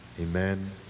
Amen